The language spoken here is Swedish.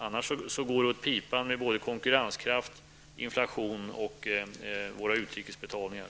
Annars kommer det att gå åt pipan med konkurrenskraft, inflation och våra utrikesbetalningar.